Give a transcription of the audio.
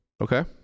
Okay